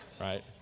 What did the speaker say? Right